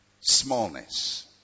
Smallness